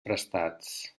prestats